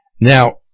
Now